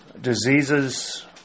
diseases